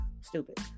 stupid